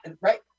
Right